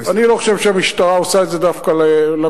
אני לא חושב שהמשטרה עושה את זה דווקא למתנחלים.